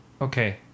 Okay